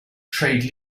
trade